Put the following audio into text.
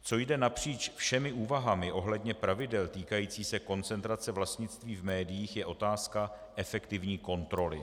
Co jde napříč všemi úvahami ohledně pravidel týkajících se koncentrace vlastnictví v médiích, je otázka efektivní kontroly.